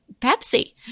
Pepsi